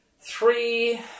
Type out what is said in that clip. Three